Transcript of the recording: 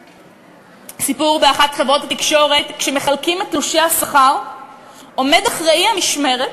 סיפור באחת מחברות התקשורת: כשמחלקים את תלושי השכר עומד אחראי המשמרת